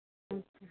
ᱟᱪᱪᱷᱟ